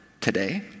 today